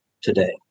today